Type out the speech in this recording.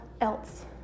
else